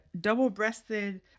double-breasted